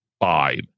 five